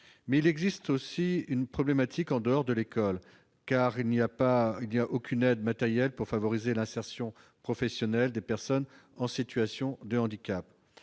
obligation est aussi problématique en dehors de l'école, car il n'existe aucune aide matérielle pour favoriser l'insertion professionnelle des personnes en situation de handicap.